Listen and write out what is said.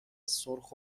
سرخ